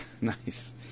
Nice